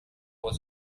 was